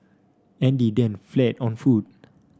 Andy then fled on foot